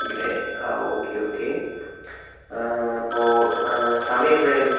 ഇടയൻ ആ okay okay അപ്പോൾ സമയം എപ്പോഴായിരുന്നു